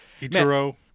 Ichiro